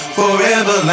forever